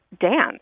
dance